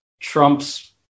Trump's